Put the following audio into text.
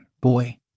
boy